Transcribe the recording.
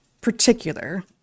particular